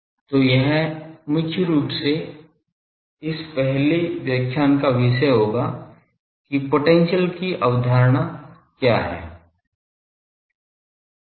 तो यह मुख्य रूप से इस पहले व्याख्यान का विषय होगा कि पोटेंशियल की अवधारणा क्या है